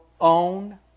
own